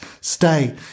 stay